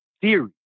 theory